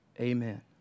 Amen